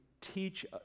teach